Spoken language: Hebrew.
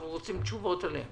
אנחנו רוצים עליהם תשובות.